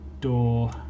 door